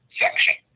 section